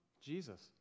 Jesus